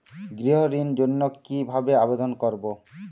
গৃহ ঋণ জন্য কি ভাবে আবেদন করব?